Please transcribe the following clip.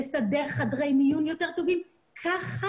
לסדר חדרי מיון יותר טובים וכו' ככה